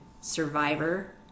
survivor